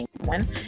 one